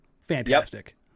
fantastic